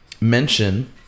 mention